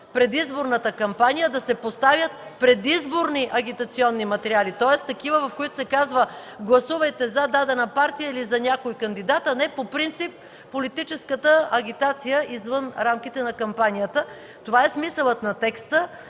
предизборната кампания да се поставят предизборни агитационни материали, тоест такива, в които се казва: гласувайте за дадена партия или за някой кандидат, а не по принцип политическата агитация извън рамките на кампанията. Това е смисълът на текста.